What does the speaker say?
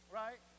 right